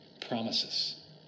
promises